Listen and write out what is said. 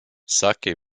saki